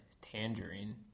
Tangerine